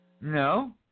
No